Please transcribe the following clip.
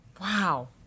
wow